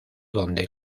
donde